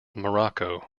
morocco